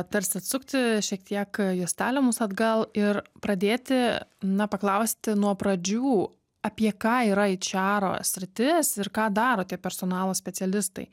tarsi atsukti šiek tiek juostelę mus atgal ir pradėti na paklausti nuo pradžių apie ką yra į eičero sritis ir ką daro tie personalo specialistai